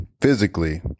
physically